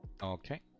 Okay